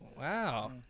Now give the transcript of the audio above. wow